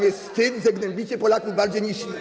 Jest wam wstyd, że gnębicie Polaków bardziej niż.